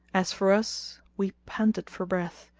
as for us we panted for breath,